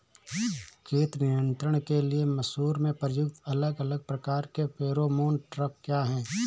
कीट नियंत्रण के लिए मसूर में प्रयुक्त अलग अलग प्रकार के फेरोमोन ट्रैप क्या है?